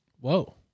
Whoa